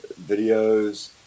videos